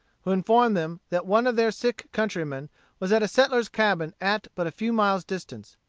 who informed them that one of their sick countrymen was at a settler's cabin at but a few miles' distance.